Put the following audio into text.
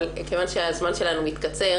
אבל מכיוון שהזמן שלנו מתקצר